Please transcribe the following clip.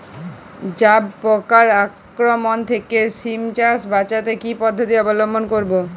জাব পোকার আক্রমণ থেকে সিম চাষ বাচাতে কি পদ্ধতি অবলম্বন করব?